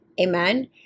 Amen